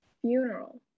funeral